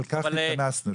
על כך התכנסנו,